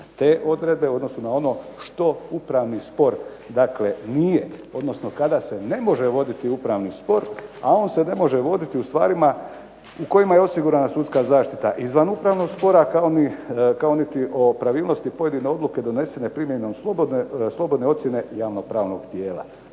te odredbe, u odnosu na ono što upravni spor dakle nije, odnosno kada se ne može voditi upravni spor, a on se ne može voditi u stvarima u kojima je osigurana sudska zaštita izvan upravnog spora, kao niti o pravilnosti pojedine odluke donesene primjenom slobodne ocjene javnopravnog tijela.